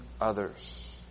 others